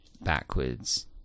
backwards